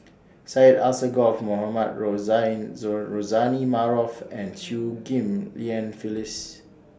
Syed Alsagoff Mohamed Rozani Rozani Maarof and Chew Ghim Lian Phyllis